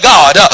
God